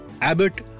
Abbott